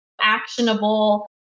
actionable